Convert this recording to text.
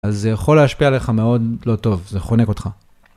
אז זה יכול להשפיע עליך מאוד לא טוב זה חונק אותך.